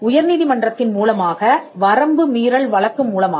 உயர் நீதிமன்றத்தின் மூலமாக வரம்பு மீறல் வழக்கு மூலமாக